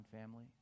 family